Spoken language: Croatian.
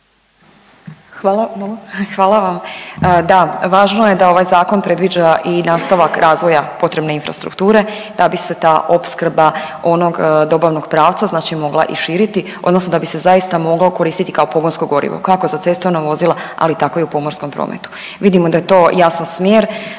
Hvala vam. Da, važno je da ovaj zakon predviđa i nastavak razvoja potrebne infrastrukture da bi se ta opskrba onog dobavnog pravca znači mogla i širiti odnosno da bi se zaista moglo koristiti kao pogonsko gorivo kako za cestovna vozila, ali tako i u pomorskom prometu. Vidimo da je to jasan smjer,